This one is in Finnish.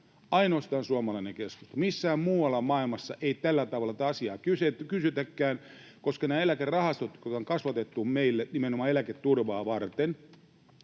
ainoastaan suomalainen keskustelu. Missään muualla maailmassa ei tällä tavalla tätä asiaa kysytäkään, koska nämä eläkerahastot, joita on kasvatettu meille nimenomaan eläketurvaa varten,